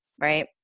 right